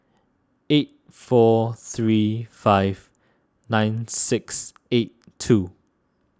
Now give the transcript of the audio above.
eight four three five nine six eight two